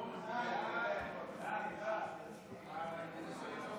ההצעה להעביר את הצעת חוק הגנת הצרכן